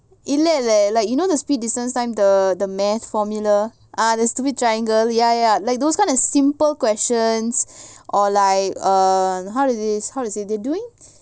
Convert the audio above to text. இல்லல:illala you know the speed distance time the the math formula ah the stupid triangle ya ya like those kind of simple questions or like err how to say they doing